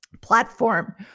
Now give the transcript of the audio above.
platform